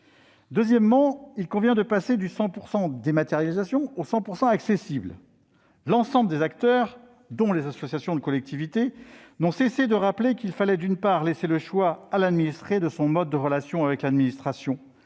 Deuxièmement, il convient de passer du 100 % dématérialisé au 100 % accessible. L'ensemble des acteurs, dont les associations de collectivités, n'ont cessé de rappeler qu'il fallait, d'une part, laisser le choix à l'administré de son mode de relation avec l'administration